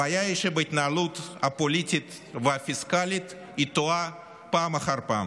הבעיה היא שבהתנהלות הפוליטית והפיסקלית היא טועה פעם אחר פעם.